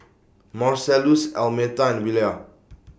Marcellus Almeta and Willia